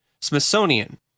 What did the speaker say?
Smithsonian